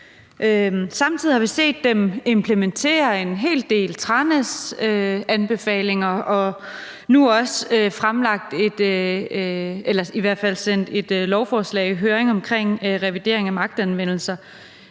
Samtidig har vi set dem implementere en hel del Tranæsanbefalinger, og der er nu også sendt et lovforslag omkring revidering af magtanvendelser